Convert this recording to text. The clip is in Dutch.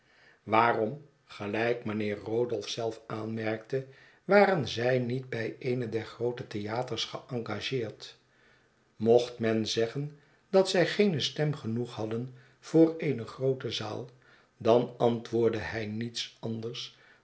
mijnheer rodolph zelf aanmerkte waren zij niet bij een der groote theaters geengageerd mocht men zeggen dat zij geene stem genoeg hadden voor eene groote zaal dan antwoordde hij niets anders